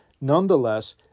nonetheless